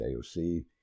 AOC